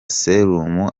serumu